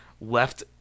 left